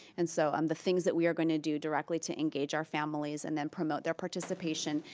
and so on the things that we are going to do directly to engage our families and then promote their participation,